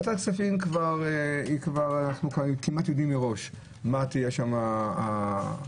ועדת הכספים כבר יודעים כמעט מראש מה תהיה שם התוצאה.